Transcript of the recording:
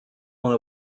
one